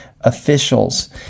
officials